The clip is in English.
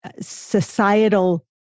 societal